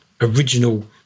original